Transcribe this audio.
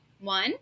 one